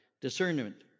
Discernment